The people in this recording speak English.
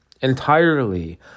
entirely